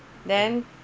then